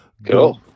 Go